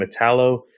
Metallo